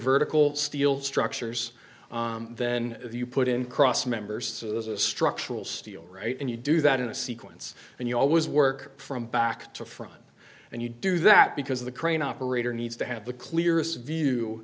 vertical steel structures then you put in cross members so there's a structural steel right and you do that in a sequence and you always work from back to front and you do that because the crane operator needs to have the clearest view